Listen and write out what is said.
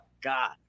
God